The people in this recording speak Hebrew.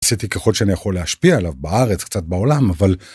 עשיתי ככל שאני יכול להשפיע עליו בארץ קצת בעולם אבל